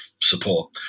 support